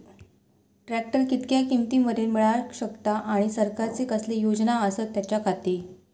Tractor कितक्या किमती मरेन मेळाक शकता आनी सरकारचे कसले योजना आसत त्याच्याखाती?